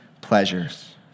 pleasures